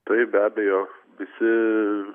taip be abejo visi